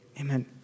Amen